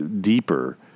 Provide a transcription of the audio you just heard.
deeper